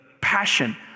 passion